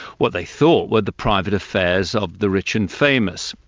what they thought were the private affairs of the rich and famous.